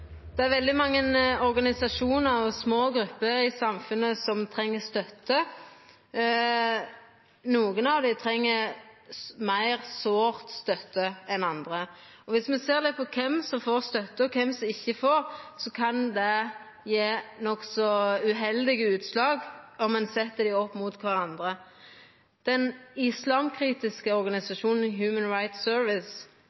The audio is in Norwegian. etter 2021. Veldig mange organisasjonar og små grupper i samfunnet treng støtte, nokre av dei treng støtte meir sårt enn andre. Viss me ser på kven som får støtte og kven som ikkje får, kan det gje nokså uheldige utslag om ein sett dei opp mot kvarandre. Den islamkritiske